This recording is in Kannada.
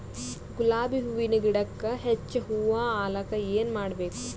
ಗುಲಾಬಿ ಹೂವಿನ ಗಿಡಕ್ಕ ಹೆಚ್ಚ ಹೂವಾ ಆಲಕ ಏನ ಮಾಡಬೇಕು?